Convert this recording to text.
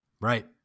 Right